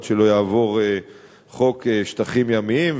עד שלא יעבור חוק אזורים ימיים,